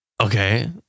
Okay